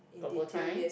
got bow tie